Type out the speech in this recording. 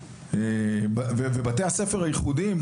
בבתי הספר הייחודיים,